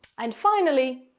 and finally,